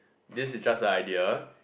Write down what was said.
this is just a idea